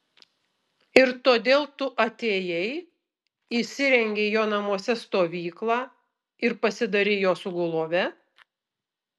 ir todėl tu atėjai įsirengei jo namuose stovyklą ir pasidarei jo sugulove